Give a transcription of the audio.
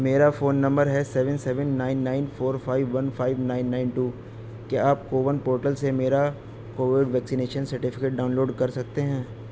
میرا phone number ہے seven seven nine nine four five one five nine nine two کیا آپ CoWIN portal سے میرا Covid vaccination certificate download کر سکتے ہیں